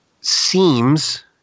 seems